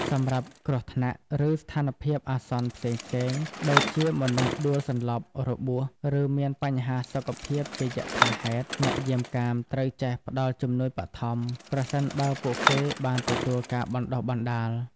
សម្រាប់គ្រោះថ្នាក់ ឬស្ថានភាពអាសន្នផ្សេងៗ ដូចជាមនុស្សដួលសន្លប់ របួស ឬមានបញ្ហាសុខភាពជាយថាហេតុ អ្នកយាមកាមត្រូវចេះ ផ្តល់ជំនួយបឋម ប្រសិនបើពួកគេបានទទួលការបណ្ដុះបណ្ដាល។